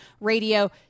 radio